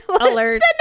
alert